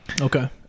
Okay